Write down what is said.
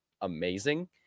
amazing